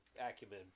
acumen